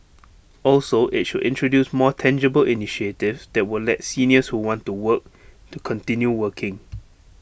also IT should introduce more tangible initiatives that will let seniors who want to work to continue working